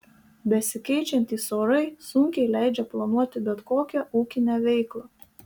besikeičiantys orai sunkiai leidžia planuoti bet kokią ūkinę veiklą